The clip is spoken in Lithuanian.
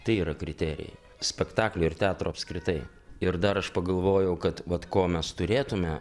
tai yra kriterijai spektaklio ir teatro apskritai ir dar aš pagalvojau kad vat ko mes turėtume